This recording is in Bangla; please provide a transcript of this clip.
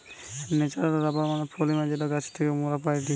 ন্যাচারাল রাবার মানে পলিমার যেটা গাছের থেকে মোরা পাইটি